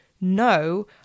no